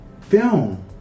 film